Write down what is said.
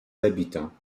habitants